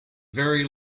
very